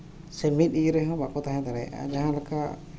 ᱥᱮ ᱢᱤᱫ ᱤᱭᱟᱹ ᱨᱮ ᱵᱟᱠᱚ ᱛᱟᱦᱮᱸ ᱫᱟᱲᱮᱭᱟᱜᱼᱟ ᱥᱮ ᱡᱟᱦᱟᱸ ᱞᱮᱠᱟ